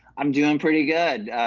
i'm doing pretty good,